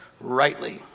rightly